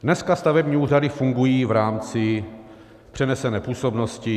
Dneska stavební úřady fungují v rámci přenesené působnosti.